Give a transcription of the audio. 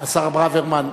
השר ברוורמן.